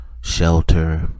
shelter